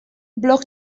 blog